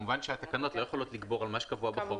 וכמובן שהתקנות לא יכולות לגבור על מה שקבוע בחוק.